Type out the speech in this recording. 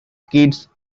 kids